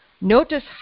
notice